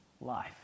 life